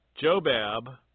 Jobab